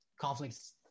conflicts